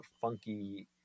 funky